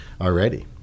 already